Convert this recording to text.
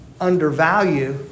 undervalue